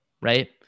Right